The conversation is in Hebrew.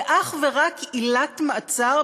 זה אך ורק עילת מעצר,